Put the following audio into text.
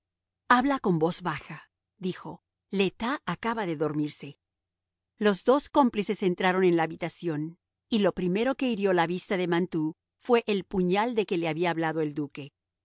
habla en voz baja dijo le tas acaba de dormirse los dos cómplices entraron en la habitación y lo primero que hirió la vista de mantoux fue el puñal de que le había hablado el duque